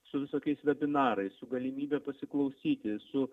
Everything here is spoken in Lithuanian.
su visokiais vebinarais su galimybe pasiklausyti su